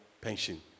pension